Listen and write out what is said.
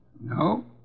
No